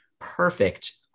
perfect